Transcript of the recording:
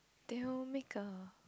deal maker